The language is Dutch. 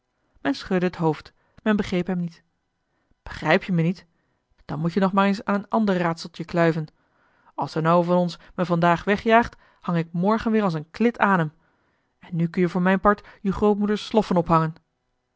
men schudde t hoofd men begreep hem niet begrijp je me niet dan moet-je nog maar eens aan een ander raadseltje kluiven als d'n ouwe van ons me vandaag wegjaagt hang ik morgen weer als een klit aan m en nu kun-je voor mijn part je grootmoeders sloffen ophangen